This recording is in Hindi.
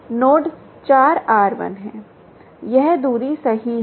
और नोड 4 r1 है यह दूरी सही है